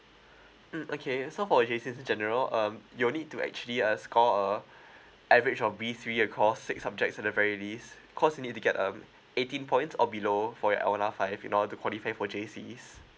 mm okay so for K six general um you'll only need to actually uh score uh average of B three or core subjects at the very least cause you need to get um eighteen point or below for your L one R five in order to qualify for J_C